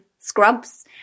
scrubs